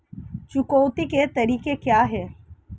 चुकौती के तरीके क्या हैं?